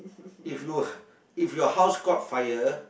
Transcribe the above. if you if your house caught fire